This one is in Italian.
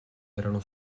erano